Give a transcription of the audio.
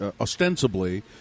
ostensibly